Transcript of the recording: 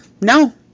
No